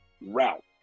route